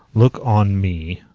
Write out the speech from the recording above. look on me.